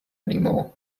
anymore